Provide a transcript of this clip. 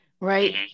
right